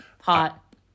Hot